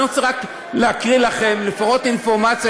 אני רוצה רק להקריא לכם לפחות אינפורמציה